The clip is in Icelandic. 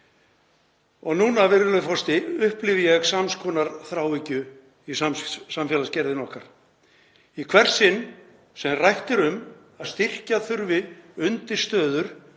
Og núna, virðulegur forseti, upplifi ég sams konar þráhyggju í samfélagsgerðinni okkar. Í hvert sinn sem rætt er um að styrkja þurfi undirstöður